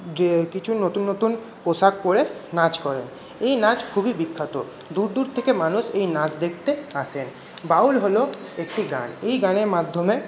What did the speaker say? যে কিছু নতুন নতুন পোশাক পরে নাচ করে এই নাচ খুবই বিখ্যাত দূর দূর থেকে মানুষ এই নাচ দেখতে আসেন বাউল হলো একটি গান এই গানের মাধ্যমে